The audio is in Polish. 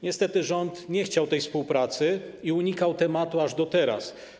Niestety, rząd nie chciał tej współpracy i unikał tematu aż do teraz.